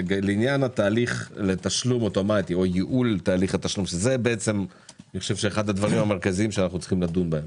לעניין ייעול התשלום שזה אחד הדברים המרכזיים שאנו צריכים לדון בהם,